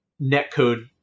netcode